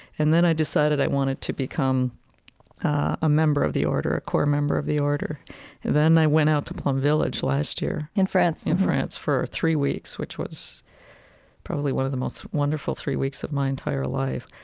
and then i decided i wanted to become a member of the order, a core member of the order. and then i went out to plum village last year in france? in france for three weeks, which was probably one of the most wonderful three weeks of my entire life.